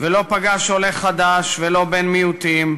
ולא פגש עולה חדש ולא בן-מיעוטים.